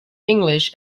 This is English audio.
english